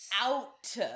Out